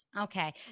okay